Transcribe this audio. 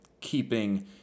keeping